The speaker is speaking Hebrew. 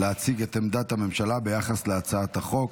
להציג את עמדת הממשלה ביחס להצעת החוק.